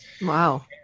Wow